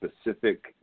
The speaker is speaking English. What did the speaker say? specific